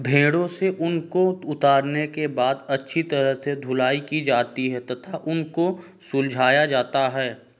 भेड़ों से ऊन को उतारने के बाद अच्छी तरह से धुलाई की जाती है तथा ऊन को सुलझाया जाता है